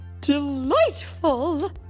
delightful